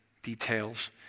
Details